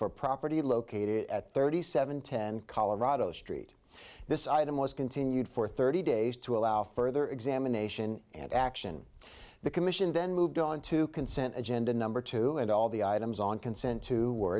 for property located at thirty seven ten colorado street this item was continued for thirty days to allow further examination and action the commission then moved on to consent agenda number two and all the items on consent to were